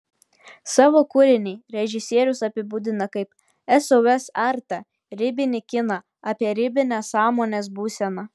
savo kūrinį režisierius apibūdina kaip sos artą ribinį kiną apie ribinę sąmonės būseną